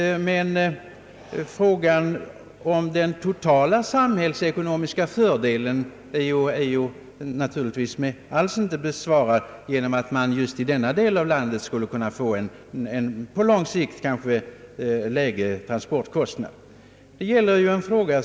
Men frågan om den totala samhällsekonomiska fördelen är ju alls inte besvarad med att man just i denna del av landet eventuellt skulle kunna på det sättet få lägre transportkostnader på lång sikt.